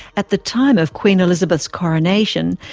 at the time of queen elizabeth's coronation,